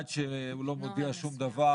הוא לא מודיע שום דבר,